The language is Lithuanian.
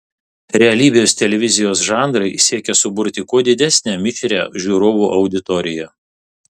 realybės televizijos žanrai siekia suburti kuo didesnę mišrią žiūrovų auditoriją